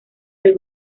del